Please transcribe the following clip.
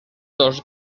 dos